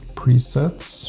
presets